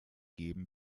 geben